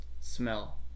smell